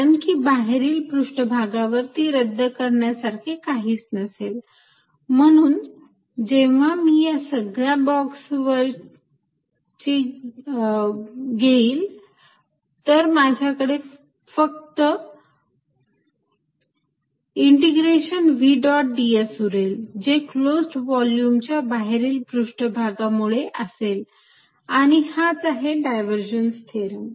कारण की बाहेरील पृष्ठभागावर ती रद्द करण्यासारखे काहीच नसेल म्हणून जेव्हा मी सगळ्या बॉक्स वरची घेईल तर माझ्याकडे फक्त ट् इंटिग्रेशन v डॉट ds उरेल जे क्लोज्ड व्हॉल्युमच्या बाहेरील पृष्ठ भागामुळे असेल आणि हाच आहे डायव्हर्जन्स थेरम